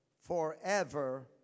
forever